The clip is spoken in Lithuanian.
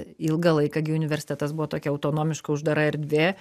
ilgą laiką gi universitetas buvo tokia autonomiška uždara erdvė